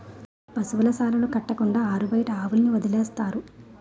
పశువుల శాలలు కట్టకుండా ఆరుబయట ఆవుల్ని వదిలేస్తారు